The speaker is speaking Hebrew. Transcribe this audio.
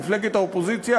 מפלגת האופוזיציה,